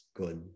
good